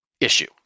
issue